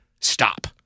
stop